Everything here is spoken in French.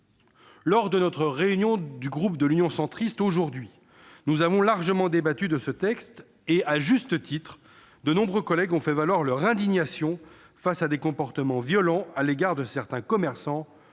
Lors de la réunion du groupe Union Centriste aujourd'hui, nous avons largement débattu de ce texte et, à juste titre, de nombreux collègues ont fait valoir leur indignation face à des comportements violents à l'égard de certains commerçants